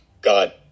God